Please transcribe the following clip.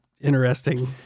interesting